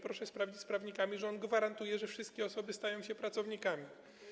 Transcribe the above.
Proszę sprawdzić z prawnikami, że on gwarantuje, że wszystkie osoby stają się pracownikami.